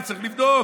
אני צריך לבדוק.